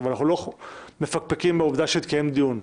אנחנו לא מפקפקים בעובדה שהתקיים דיון,